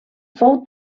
fou